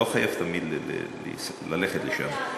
לא חייבים תמיד ללכת לשם.